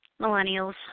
Millennials